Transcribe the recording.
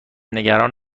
نگران